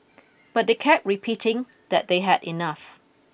but they kept repeating that they had enough